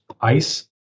ice